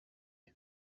and